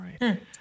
right